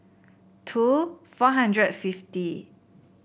two four hundred and fifty